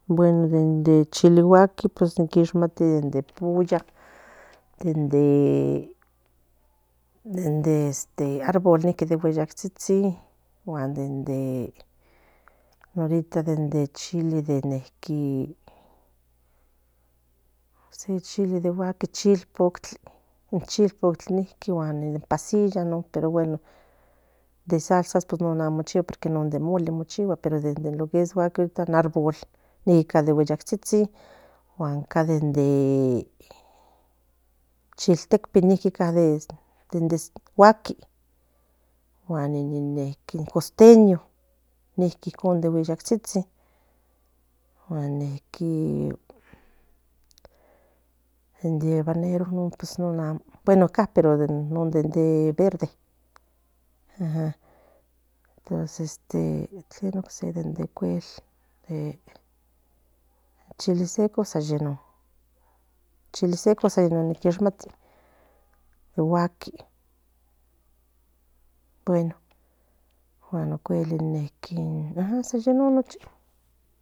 Bueno de chiliguaki kishmati de pulla den de árbol de gueyaktsitsi ahorita de chile de guayli chipotle de pasilla non pero bueo de salsas chigua de árbol niqui va de gueyaktsitsi de chiltelpi de guaki guan de costello niqui de gueyaktsitsi de svanerl non amo ca pero ca de verde pues tlen ocse de cuel chili seco san yenon ni quishmati guaki bueno ocuel de san yenon nochi